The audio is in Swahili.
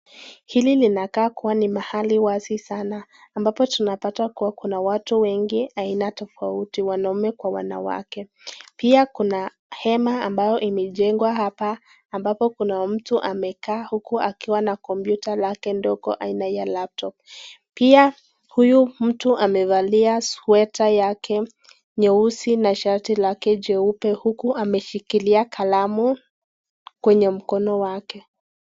Hapa panakaa kuwa mahali wazi sana, ambapo tunapata kuwa kuna watu wengi aina tofauti wanaume na wanawake. Pia kuna hema ambao imejengwa hapa ambapo kuna mtu amekaa huku akiwa na komputa lake ndogo aina ya laptop . Pia huyu mtu amevalia sweta yake nyeusi na shati lake jeupe, huku ameshikilia kalamu kwenye mkono wake.